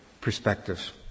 perspectives